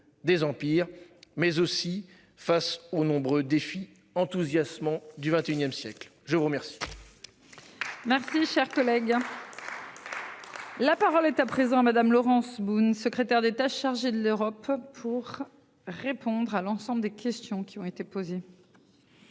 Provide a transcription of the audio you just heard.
des empires mais aussi face aux nombreux défis enthousiasmant du XXIe siècle. Je vous remercie. Merci cher collègue. La parole est à présent à madame Laurence Boone, secrétaire d'État chargé de l'Europe pour répondre à l'ensemble des questions qui ont été posées.